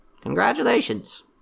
Congratulations